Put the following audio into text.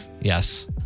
Yes